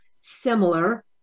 similar